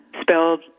spelled